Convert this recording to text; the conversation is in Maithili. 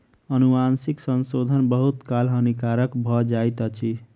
अनुवांशिक संशोधन बहुत काल हानिकारक भ जाइत अछि